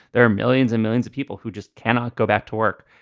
there are millions and millions of people who just cannot go back to work.